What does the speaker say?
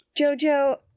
Jojo